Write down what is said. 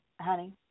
honey